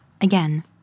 Again